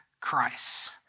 Christ